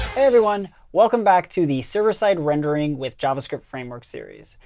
everyone. welcome back to the server-side rendering with javascript framework series.